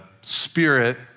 spirit